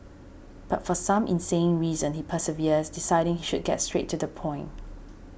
but for some insane reason he perseveres deciding he should get straight to the point